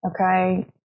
Okay